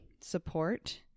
support